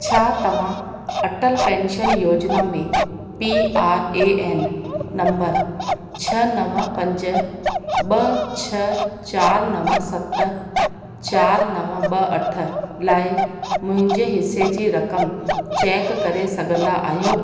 छा तव्हां अटल पेंशन योजना में P R A N number छ नव पंज ॿ छ चारि नव सत चारि नव ॿ अठ लाइ मुंहिंजे हिसे जी रक़म चेक करे सघंदा आहियो